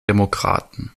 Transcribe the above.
demokraten